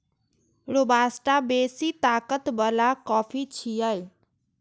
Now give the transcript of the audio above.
robusta बेसी ताकत बला कॉफी छियै